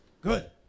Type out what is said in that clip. Good